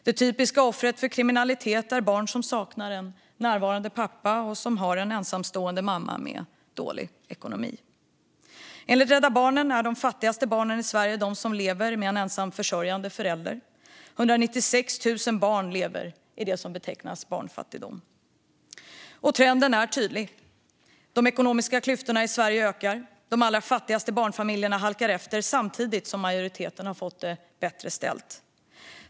Det typiska offret för kriminalitet är barnet som saknar en närvarande pappa och har en ensamstående mamma med dålig ekonomi. Enligt Rädda Barnen är de fattigaste barnen i Sverige de som lever med en ensamförsörjande förälder. Det är 196 000 barn som lever i det som betecknas som barnfattigdom. Trenden är tydlig. De ekonomiska klyftorna i Sverige ökar. De allra fattigaste barnfamiljerna halkar efter samtidigt som majoriteten har fått det bättre ställt.